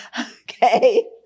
Okay